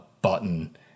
button